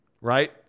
right